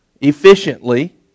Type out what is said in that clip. Efficiently